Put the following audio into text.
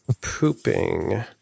pooping